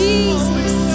Jesus